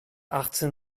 achtzehn